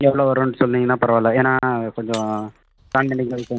எவ்வளோ வரும்ன்னு சொன்னிங்கன்னா பரவாயில்ல ஏன்னா கொஞ்சம் ப்ளான் பண்ணி போய்விட்டு